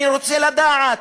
אני רוצה לדעת.